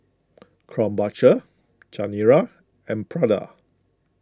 Krombacher Chanira and Prada